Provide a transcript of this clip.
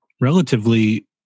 relatively